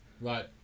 Right